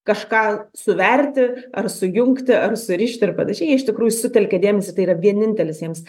kažką suverti ar sujungti ar surišti ir panašiai jie iš tikrųjų sutelkia dėmesį tai yra vienintelis jiems